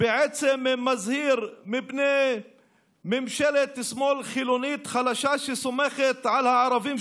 בעצם מזהירים מפני ממשלת שמאל חילונית חלשה שסומכת על הערבים,